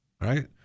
right